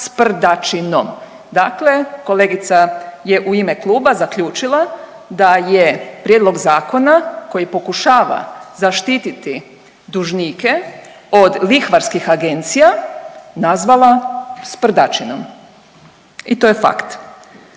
dakle kolegica je u ime kluba zaključila da je prijedlog zakona koji pokušava zaštititi dužnike od lihvarskih agencija nazvala sprdačinom i to je fakt.